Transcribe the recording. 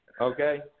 Okay